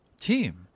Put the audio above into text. Team